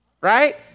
Right